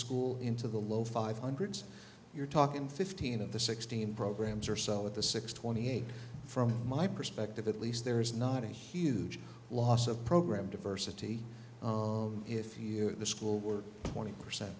school into the low five hundred you're talking fifteen of the sixteen programs or so at the six twenty eight from my perspective at least there is not a huge loss of program diversity if you the school were twenty percent